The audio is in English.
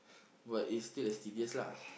but it's still as tedious lah